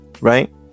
right